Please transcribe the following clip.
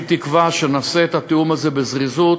אני תקווה שנעשה את התיאום הזה בזריזות